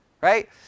Right